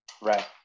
Right